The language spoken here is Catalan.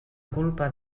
culpa